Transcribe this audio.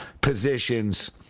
positions